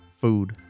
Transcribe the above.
food